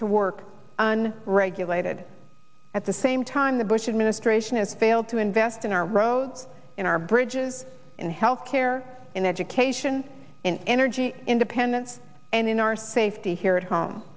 to work on regulated at the same time the bush administration has failed to invest in our roads in our bridges in health care in education in energy independence and in our safety here at home